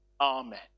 Amen